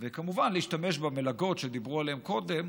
וכמובן להשתמש במלגות שדיברו עליהן קודם,